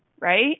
right